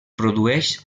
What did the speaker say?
produeix